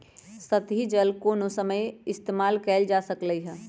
सतही जल कोनो समय इस्तेमाल कएल जा सकलई हई